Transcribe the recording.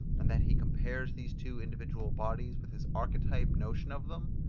and that he compares these two individual bodies with his archetype notion of them?